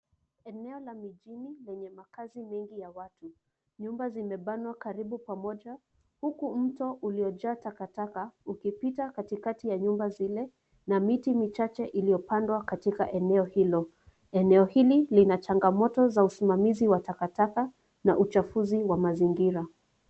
Eneo la mijini lenye makaazi mengi ya watu. Nyumba zimebanwa karibu pamoja huku mto uliojaa takataka ukipita katikati ya nyumba zile na miti michache iliyopandwa katika eneo hilo. Eneo hili lina changamoto ya usimamizi wa takataka na uchafuzi wa mazingira.